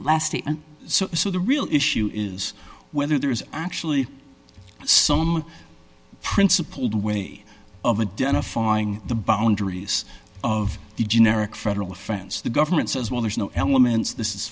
last statement so the real issue is whether there is actually some principled way of a done a falling the boundaries of the generic federal offense the government says well there's no elements this is